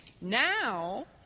Now